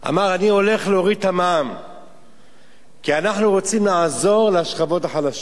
אמר: אני הולך להוריד את המע"מ כי אנחנו רוצים לעזור לשכבות החלשות.